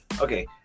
Okay